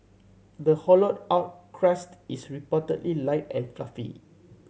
the hollowed out crust is reportedly light and fluffy